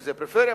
אם פריפריה,